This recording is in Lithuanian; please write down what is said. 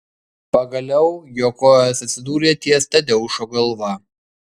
pagaliau jo kojos atsidūrė ties tadeušo galva